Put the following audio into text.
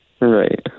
Right